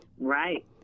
Right